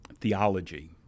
theology